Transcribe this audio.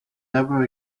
never